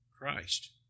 Christ